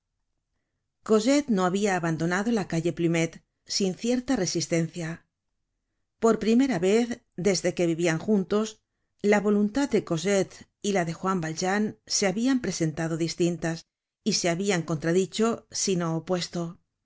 cosette no habia abandonado la calle plumet sin cierta resistencia por primera vez desde que vivian juntos la voluntad de cosette y la de juan valjean se habian presentado distintas y se habian no